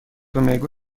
میگو